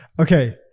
Okay